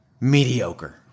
mediocre